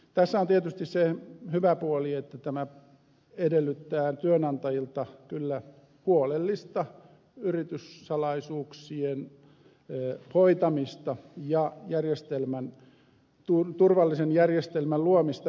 tässä on tietysti se hyvä puoli että tämä edellyttää työnantajilta kyllä huolellista yrityssalaisuuksien hoitamista ja turvallisen järjestelmän luomista yrityksen sisällä